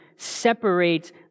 separates